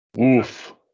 Oof